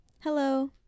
Hello